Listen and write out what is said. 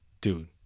dude